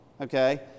okay